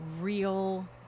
real